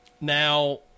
Now